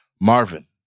Marvin